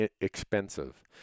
expensive